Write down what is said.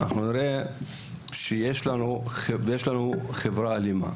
נראה שיש לנו חברה אלימות.